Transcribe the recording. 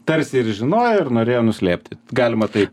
tarsi ir žinojo ir norėjo nuslėpti galima taip